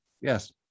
Yes